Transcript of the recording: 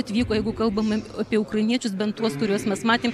atvyko jeigu kalbam apie ukrainiečius bent tuos kuriuos mes matėm